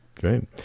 Great